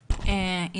חופשית" בבקשה.